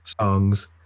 songs